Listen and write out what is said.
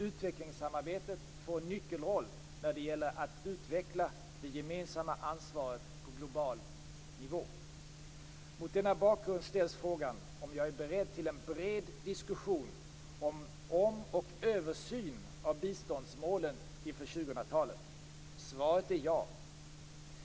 Utvecklingssamarbetet får en nyckelroll när det gäller att utveckla det gemensamma ansvaret på global nivå. Mot denna bakgrund ställs frågan om jag är beredd till en bred diskussion om och översyn av biståndsmålen inför 2000-talet. Svaret är ja.